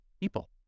people